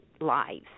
lives